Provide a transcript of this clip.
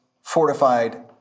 fortified